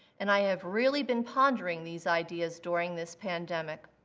and i have really been pondering these ideas during this pandemic.